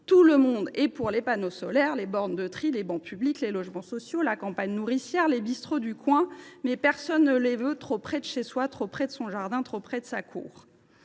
Tout le monde est pour les panneaux solaires, les bornes de tri, les bancs publics, les logements sociaux, la campagne nourricière, les bistrots du coin, mais personne ne les veut trop près de chez soi, trop près de son jardin, trop près de sa cour.